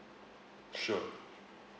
sure